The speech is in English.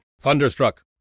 Thunderstruck